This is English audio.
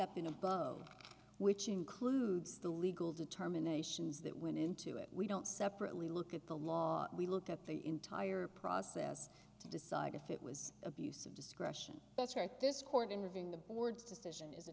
up in above which includes the legal determinations that went into it we don't separately look at the law we looked at the entire process to decide if it was abuse of discretion that's right this court in reviewing the board's decision is